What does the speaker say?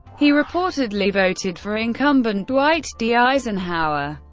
he reportedly voted for incumbent dwight d. eisenhower.